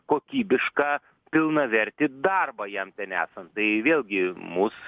kokybišką pilnavertį darbą jam ten esant tai vėlgi mus